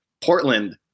Portland